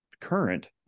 current